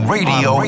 Radio